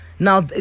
Now